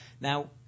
now